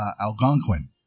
algonquin